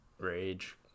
rage